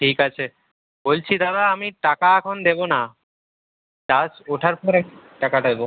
ঠিক আছে বলছি দাদা আমি টাকা এখন দেবো না চাষ ওঠার পরে টাকাটা দেবো